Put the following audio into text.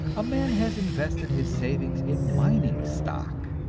a man has invested his savings in mining stock,